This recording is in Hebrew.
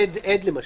עד למשל.